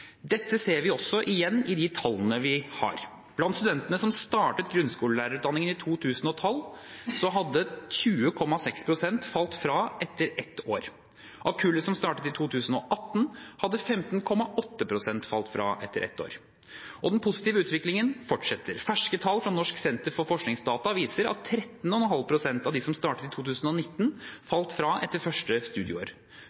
Dette ser vi også igjen i de tallene vi har. Blant studentene som startet grunnskolelærerutdanningen i 2012, hadde 20,6 pst. falt fra etter ett år. Av kullet som startet i 2018, hadde 15,8 pst. falt fra etter ett år. Og den positive utviklingen fortsetter. Ferske tall fra Norsk senter for forskningsdata viser at 13,5 pst. av dem som startet i 2019,